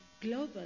global